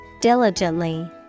Diligently